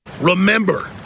Remember